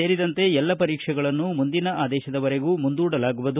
ಸೇರಿದಂತೆ ಎಲ್ಲ ಪರೀಕ್ಷೆಗಳನ್ನು ಮುಂದಿನ ಆದೇಶದವರೆಗೂ ಮುಂದೂಡಲಾಗುವುದು